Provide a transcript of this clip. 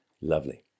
lovely